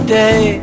day